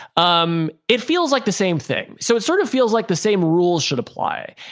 um it feels like the same thing. so it sort of feels like the same rules should apply.